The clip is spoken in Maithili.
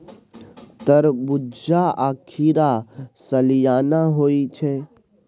तरबूज्जा आ खीरा सलियाना होइ छै